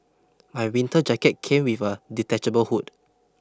my winter jacket came with a detachable hood